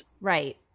Right